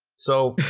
so,